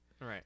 Right